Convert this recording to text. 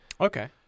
Okay